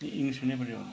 इङ्ग्लिसमा कि नेपालीमा भनूँ